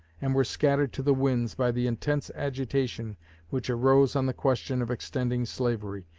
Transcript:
and were scattered to the winds by the intense agitation which arose on the question of extending slavery,